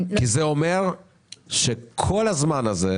כי זה אומר שכל הזמן הזה,